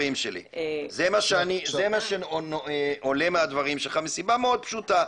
זה מה שעולה מהדברים שלך מסיבה מאוד פשוטה.